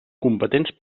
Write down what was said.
competents